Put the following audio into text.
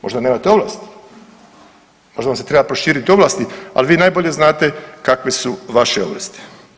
Možda nemate ovlasti, možda vam se treba proširiti ovlasti, ali vi najbolje znate kakve su vaše ovlasti.